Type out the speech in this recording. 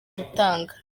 gutanga